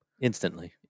instantly